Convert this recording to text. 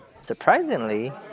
Surprisingly